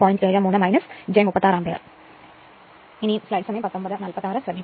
73 j 36 ampere ആകുമലോ